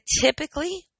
typically